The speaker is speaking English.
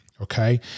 okay